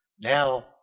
Now